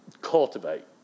cultivate